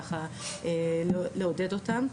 לעודד אותם.